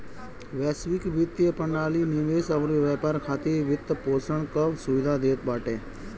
वैश्विक वित्तीय प्रणाली निवेश अउरी व्यापार खातिर वित्तपोषण कअ सुविधा देत बाटे